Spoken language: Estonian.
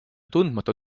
tundmatu